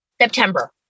September